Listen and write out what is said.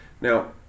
now